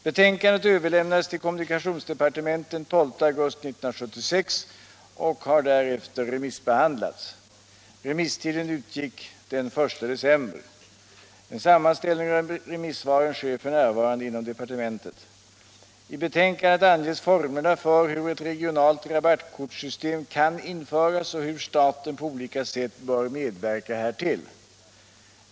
Betänkandet överlämnades till kommunikationsdepartementet den 12 augusti 1976 och har därefter remissbehandlats. Remisstiden gick ut den 1 december. En sammanställning av remissvaren sker f.n. inom departementet. I betänkandet anges formerna för hur ett regionalt rabattkortssystem kan införas och hur staten på olika sätt bör medverka härtill.